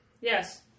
Yes